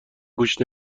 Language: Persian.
گوش